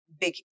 big